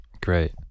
great